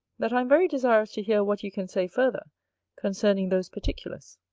that i am very desirous to hear what you can say further concerning those particulars.